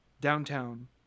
downtown